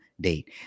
date